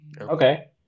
okay